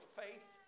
faith